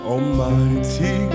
Almighty